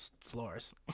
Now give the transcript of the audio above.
floors